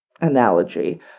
analogy